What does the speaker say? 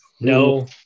No